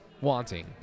wanting